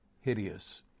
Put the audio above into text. hideous